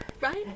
right